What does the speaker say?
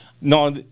no